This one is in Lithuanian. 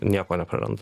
nieko neprarand